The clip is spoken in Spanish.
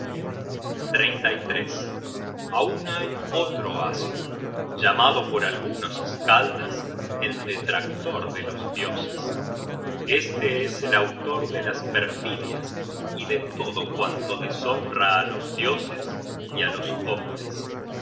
apa quella aun hay otro asio llamado por algunos skaldas el detractor de los dioses este es el autor de las perfidias y de todo cuanto deshonra á los dioses y á los hombres